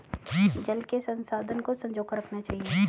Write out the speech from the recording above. जल के संसाधन को संजो कर रखना चाहिए